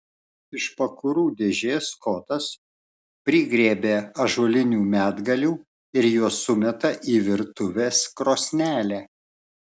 iš pakurų dėžės skotas prigriebia ąžuolinių medgalių ir juos sumeta į virtuvės krosnelę